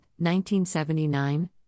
1979